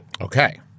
Okay